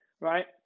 Right